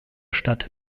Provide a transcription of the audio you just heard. stadt